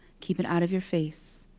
keep it out of your face.